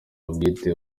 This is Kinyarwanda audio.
bwite